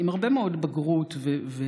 עם הרבה מאוד בגרות ופיקחון,